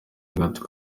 gato